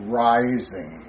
rising